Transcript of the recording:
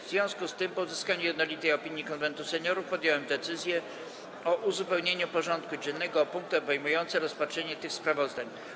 W związku z tym, po uzyskaniu jednolitej opinii Konwentu Seniorów, podjąłem decyzję o uzupełnieniu porządku dziennego o punkty obejmujące rozpatrzenie tych sprawozdań.